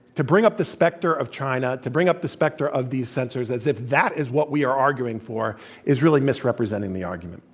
to bring the specter of china, to bring up the specter of these censors as if that is what we are arguing for is really misrepresenting the argument,